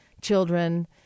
children